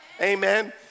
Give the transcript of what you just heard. Amen